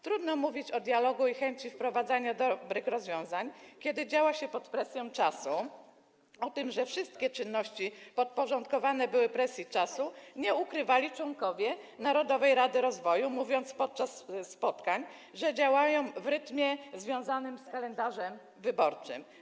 Trudno mówić o dialogu i chęci wprowadzania dobrych rozwiązań, kiedy działa się pod presją czasu, a tego, że wszystkie czynności podporządkowane były presji czasu, nie ukrywali członkowie Narodowej Rady Rozwoju, mówiąc podczas spotkań, że działają w rytmie związanym z kalendarzem wyborczym.